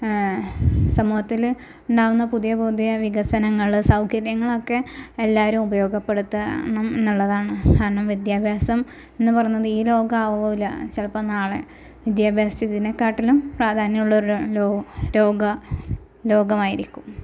സമൂഹത്തിൽ ഉണ്ടാകുന്ന പുതിയ പുതിയ വികസനങ്ങൾ സൗകര്യങ്ങളൊക്കെ എല്ലാവരും ഉപയോഗപ്പെടുത്തണം എന്നുള്ളതാണ് കാരണം വിദ്യാഭ്യാസം എന്നു പറയുന്നത് ഈ ലോകം ആവുല്ല ചിലപ്പം നാളെ വിദ്യാഭ്യാസത്തിനേക്കാട്ടിലും പ്രാധാന്യമുള്ള ലോ ലോകം ലോകമായിരിക്കും